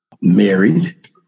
married